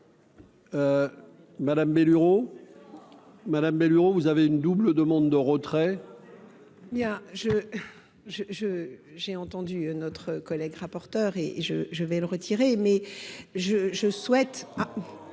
madame Bellion, vous avez une double demande de retrait.